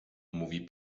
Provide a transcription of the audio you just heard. mówi